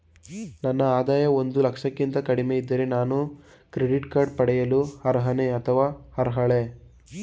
ನನ್ನ ಆದಾಯ ಒಂದು ಲಕ್ಷಕ್ಕಿಂತ ಕಡಿಮೆ ಇದ್ದರೆ ನಾನು ಕ್ರೆಡಿಟ್ ಕಾರ್ಡ್ ಪಡೆಯಲು ಅರ್ಹನೇ ಅಥವಾ ಅರ್ಹಳೆ?